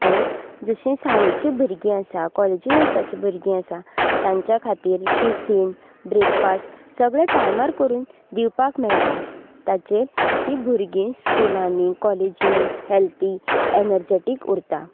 हय जशीं शाळेचीं भुरगीं आसा कॉलेजीन वचपाचीं भुरगीं आसा तांच्या खातीर टिफीन ब्रेकफास्ट सगळें टायमार करून दिवपाक मेळटा ताजेर तीं भुरगीं स्कुलांनी कॉलेजींनी हॅल्थी एनर्जॅटीक उरता